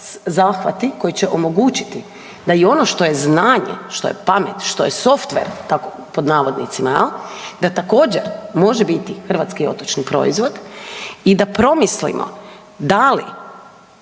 zahvati koji će omogućiti da i ono što je znanje, što je pamet, što je softver, tako, pod navodnicima, je li, da također, može biti Hrvatski otočni proizvod i da promislimo da li